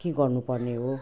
के गर्नुपर्ने हो